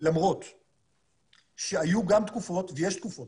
מצב שבו הציבור בישראל ישלם